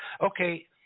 okay